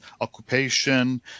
occupation